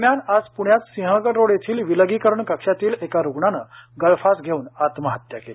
दरम्यान आज प्ण्यात सिंहगड रोड येथील विलगीकरण कक्षातील एका रुग्णानं गळफास घेऊन आत्महत्या केली